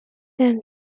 them